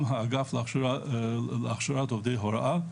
גם האגף להכשרת עובדי הוראה,